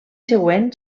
següent